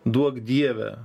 duok dieve